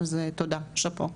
תודה, שאפו.